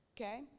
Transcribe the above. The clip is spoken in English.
Okay